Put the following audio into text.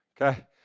Okay